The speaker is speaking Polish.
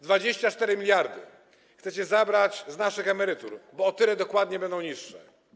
24 mld chcecie zabrać z naszych emerytur, bo o tyle dokładnie będą niższe.